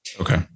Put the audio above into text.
Okay